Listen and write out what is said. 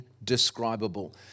indescribable